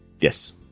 Yes